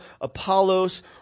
Apollos